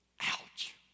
Ouch